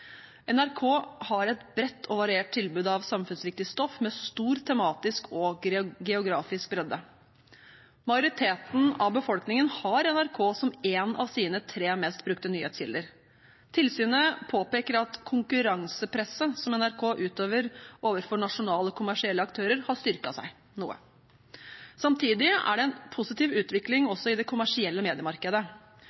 NRK har et bredt og variert tilbud av samfunnsviktig stoff med stor tematisk og geografisk bredde. Majoriteten av befolkningen har NRK som en av sine tre mest brukte nyhetskilder. Tilsynet påpeker at konkurransepresset som NRK utøver overfor nasjonale, kommersielle aktører, har styrket seg noe. Samtidig er det en positiv utvikling